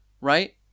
right